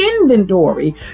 inventory